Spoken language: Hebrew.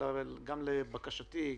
גם לבקשתי,